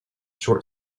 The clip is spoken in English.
short